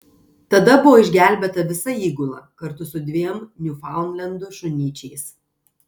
tada buvo išgelbėta visa įgula kartu su dviem niufaundlendų šunyčiais